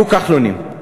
תהיו "כחלונים".